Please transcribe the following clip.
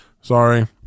sorry